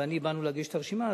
ואני באנו להגיש את הרשימה,